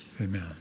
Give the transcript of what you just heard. amen